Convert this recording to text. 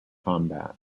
combat